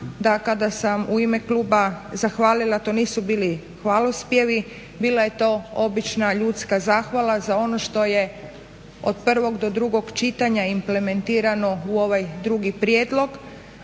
da kada sam u ime kluba zahvalila to nisu bili hvalospjevi. Bila je to obična ljudska zahvala za ono što je od prvog do drugog čitanja implementirano u ovaj drugi prijedlog.